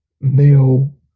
male